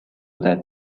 that